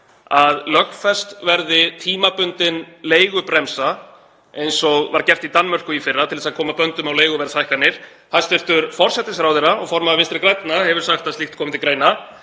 að lögfest verði tímabundin leigubremsa eins og var gert í Danmörku í fyrra til að koma böndum á leiguverðshækkanir? Hæstv. forsætisráðherra og formaður Vinstri grænna hefur sagt að slíkt komi til greina.